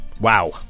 Wow